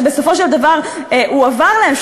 שבסופו של דבר הועבר להם,